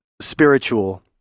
spiritual